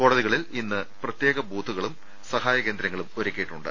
കോടതിക ളിൽ ഇതിന് പ്രത്യേക ബൂത്തുകളും സഹായ കേന്ദ്രങ്ങളും ഒരുക്കിയിട്ടുണ്ട്